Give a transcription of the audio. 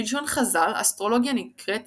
בלשון חז"ל אסטרולוגיה נקראת